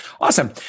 Awesome